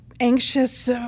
Anxious